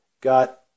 got